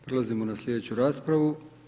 Prelazimo na slijedeću raspravu.